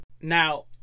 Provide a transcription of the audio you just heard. Now